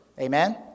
Amen